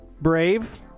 brave